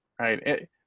right